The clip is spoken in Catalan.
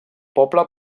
poble